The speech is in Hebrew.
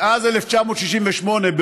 מאז 1968,